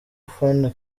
ufana